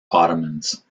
ottomans